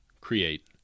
create